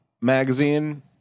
Magazine